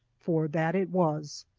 for that it was.